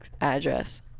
address